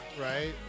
Right